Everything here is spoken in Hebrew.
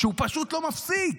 שהוא פשוט לא מפסיק,